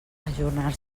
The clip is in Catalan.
ajornar